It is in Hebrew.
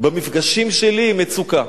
במפגשים שלי עם מצוקה.